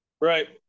Right